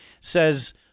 says